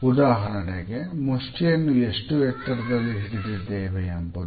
ಉದಾಹರಣೆಗೆ ಮುಷ್ಟಿಯನ್ನು ಎಷ್ಟು ಎತ್ತರದಲ್ಲಿ ಹಿಡಿದಿದ್ದೇವೆ ಎಂಬುದು